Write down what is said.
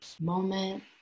moment